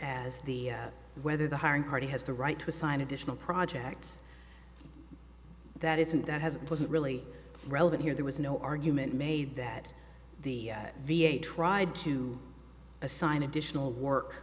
as the whether the hiring party has the right to assign additional projects that isn't that has it wasn't really relevant here there was no argument made that the v a tried to assign additional work